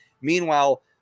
Meanwhile